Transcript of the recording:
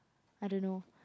I don't know